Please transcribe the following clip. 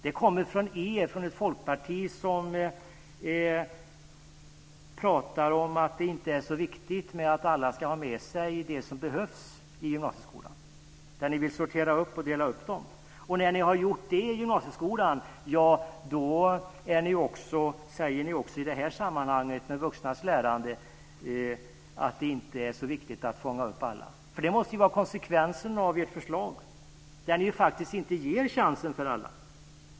Det här kommer från ett folkparti som pratar om att det inte är så viktigt att alla ska ha med sig det som behövs i gymnasieskolan. Där vill ni sortera upp och dela upp dem, och när ni har gjort det i gymnasieskolan, säger ni också i det här sammanhanget med vuxnas lärande, att det inte är så viktigt att fånga upp alla. Det måste ju vara konsekvensen av ert förslag. Ni ger faktiskt inte alla chansen.